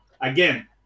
again